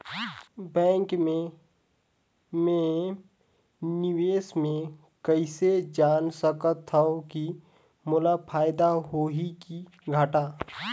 Bank मे मैं निवेश मे कइसे जान सकथव कि मोला फायदा होही कि घाटा?